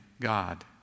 God